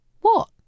What